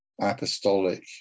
apostolic